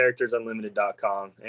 charactersunlimited.com